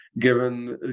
given